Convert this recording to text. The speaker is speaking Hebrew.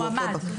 מועמד.